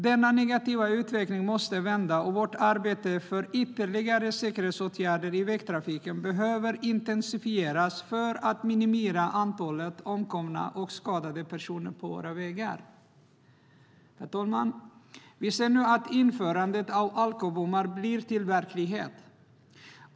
Denna negativa utveckling måste vända, och vårt arbete för ytterligare säkerhetsåtgärder i vägtrafiken behöver intensifieras för att antalet omkomna och skadade personer på våra vägar ska minimeras. Herr talman! Vi ser nu att införandet av alkobommar blir verklighet.